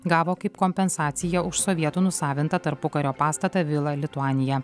gavo kaip kompensaciją už sovietų nusavintą tarpukario pastatą vila lituanija